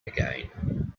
again